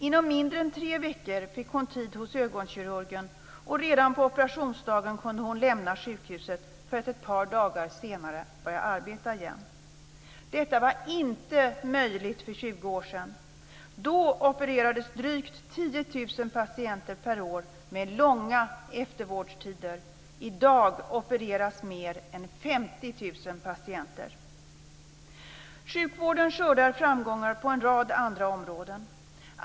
Inom mindre än tre veckor fick hon tid hos ögonkirurgen, och redan på operationsdagen kunde hon lämna sjukhuset för att ett par dagar senare börja arbeta igen. Detta var inte möjligt för 20 år sedan. Då opererades drygt 10 000 patienter per år med långa eftervårdstider. I dag opereras mer än 50 000 patienter. Sjukvården skördar framgångar på en rad andra områden.